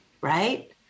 Right